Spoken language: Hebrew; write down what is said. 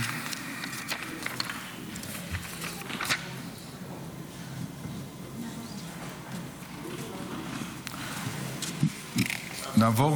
נעבור